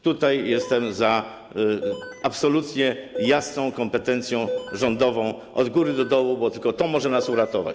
Tutaj jestem za absolutnie jasną kompetencją rządową, od góry do dołu, bo tylko to może nas uratować.